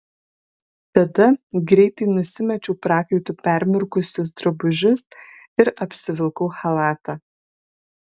tada greitai nusimečiau prakaitu permirkusius drabužius ir apsivilkau chalatą